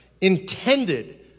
intended